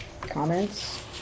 Comments